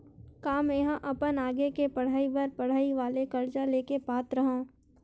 का मेंहा अपन आगे के पढई बर पढई वाले कर्जा ले के पात्र हव?